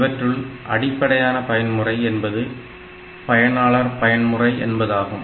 இவற்றுள் அடிப்படையான பயன்முறை என்பது பயனாளர் பயன்முறை என்பதாகும்